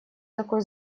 такой